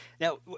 Now